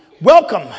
welcome